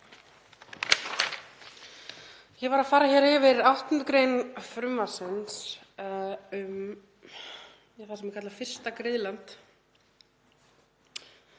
Ég var að fara hér yfir 8. gr. frumvarpsins um það sem er kallað fyrsta griðland.